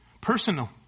personal